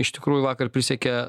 iš tikrųjų vakar prisiekė